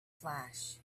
flash